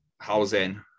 housing